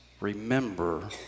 Remember